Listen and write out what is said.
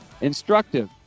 instructive